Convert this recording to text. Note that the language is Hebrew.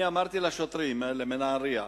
אני אמרתי לשוטרים מנהרייה